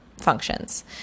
functions